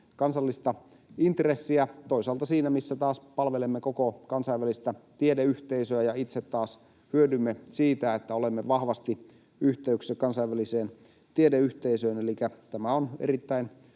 kansallista intressiä ja toisaalta palvelee koko kansainvälistä tiedeyhteisöä, ja itse taas hyödymme siitä, että olemme vahvasti yhteyksissä kansainväliseen tiedeyhteisöön. Elikkä tämä on erittäin